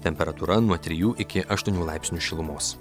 temperatūra nuo trijų iki aštuonių laipsnių šilumos